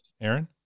aaron